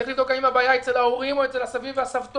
צריך לבדוק האם הבעיה היא אצל ההורים או אצל הסבים והסבתות.